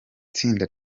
tsinda